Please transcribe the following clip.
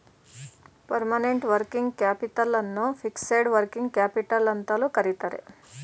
permanent working capital ಅನ್ನು fixed working capital ಅಂತಲೂ ಕರಿತರೆ